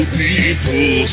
people